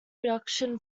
production